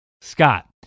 Scott